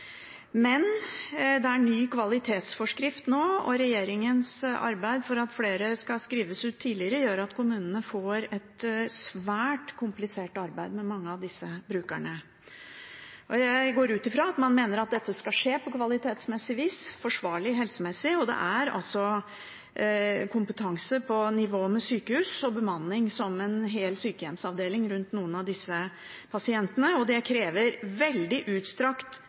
Men det er ny kvalitetsforskrift nå, og regjeringens arbeid for at flere skal skrives ut tidligere, gjør at kommunene får et svært komplisert arbeid med mange av disse brukerne. Jeg går ut fra at man mener at dette skal skje på kvalitetsmessig vis og forsvarlig helsemessig, og det er altså kompetanse på nivå med sykehus og bemanning som en hel sykehusavdeling rundt noen av disse pasientene. Det krever veldig utstrakt